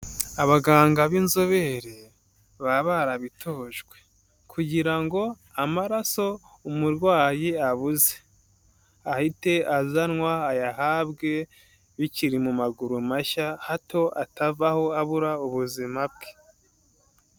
Abaganga b'inzobere baba barabitojwe kugira ngo amaraso umurwayi abuze, ahite azanwa ayahabwe bikiri mu maguru mashya, hato atavaho abura ubuzima bwe.